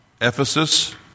Ephesus